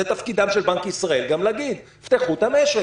זה תפקידם של בנק ישראל גם להגיד - תפתחו את המשק.